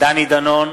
דני דנון,